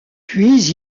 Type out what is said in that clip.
puis